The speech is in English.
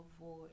avoid